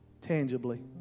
tangibly